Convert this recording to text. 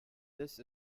this